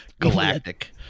Galactic